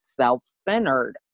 self-centered